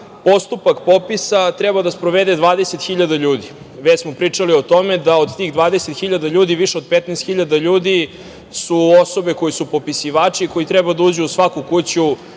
postupak popisa treba da sprovede 20.000 ljudi. Već smo pričali o tome da od tih 20.000 ljudi više od 15.000 ljudi su osobe koje su popisivači, koji treba da uđu u svaku kuću